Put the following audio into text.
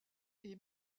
est